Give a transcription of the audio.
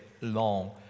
long